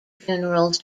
funerals